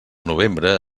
novembre